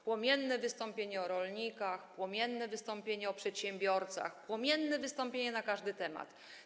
Płomienne wystąpienie o rolnikach, płomienne wystąpienie o przedsiębiorcach, płomienne wystąpienie na każdy temat.